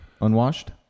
Unwashed